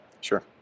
Sure